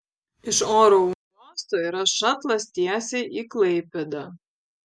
iš oro uosto yra šatlas tiesiai į klaipėdą